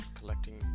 collecting